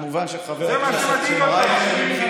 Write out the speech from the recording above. תודה, חבר הכנסת ישראל אייכלר.